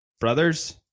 brothers